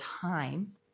time